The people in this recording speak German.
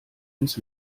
ins